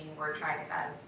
we're trying to kind